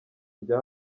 rya